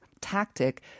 tactic